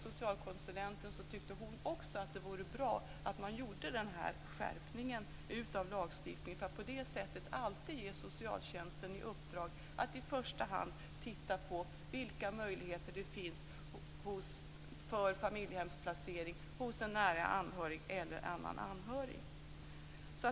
Socialkonsulenten tycker att det är bra med denna skärpning av lagstiftningen, så att socialtjänsten alltid ges i uppdrag att i första hand titta på vilka möjligheter det finns för familjehemsplacering hos en nära anhörig eller annan anhörig.